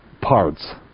parts